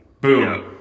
Boom